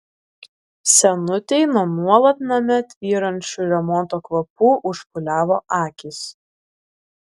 senutei nuo nuolat name tvyrančių remonto kvapų užpūliavo akys